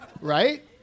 Right